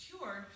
cured